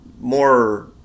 more